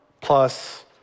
plus